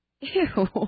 Ew